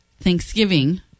Thanksgiving